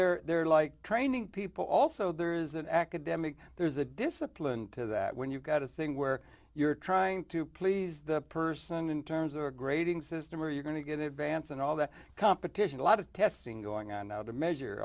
d they're like training people also there is an academic there's a discipline to that when you've got a thing where you're trying to please the person in terms of a grading system or you're going to get it vance and all the competition a lot of testing going on how to measure